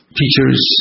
teachers